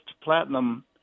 platinum